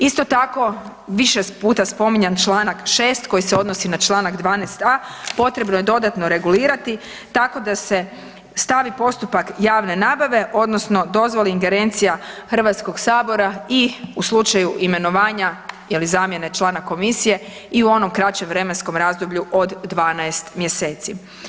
Isto tako više puta spominjan čl. 6. koji se odnosi na čl. 12.a. potrebno je dodatno regulirati tako da se stavi postupak javne nabave odnosno dozvoli ingerencija HS i u slučaju imenovanja ili zamjene člana komisije i u onom kraćem vremenskom razdoblju od 12 mjeseci.